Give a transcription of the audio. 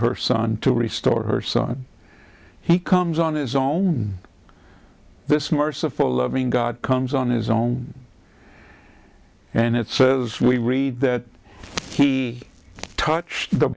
her son to restore her son he comes on his own this merciful loving god comes on his own and it says as we read that he touched the